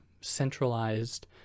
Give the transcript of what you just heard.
centralized